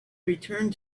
returned